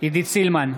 עידית סילמן,